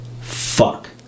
Fuck